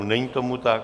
Není tomu tak.